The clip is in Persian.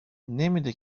نمیده